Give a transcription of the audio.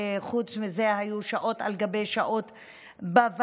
וחוץ מזה היו שעות על גבי שעות בוועדה,